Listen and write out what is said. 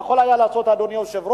יכול היה לעשות, אדוני היושב-ראש,